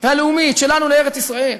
והלאומית שלנו לארץ-ישראל,